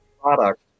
product